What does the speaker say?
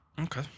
Okay